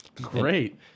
Great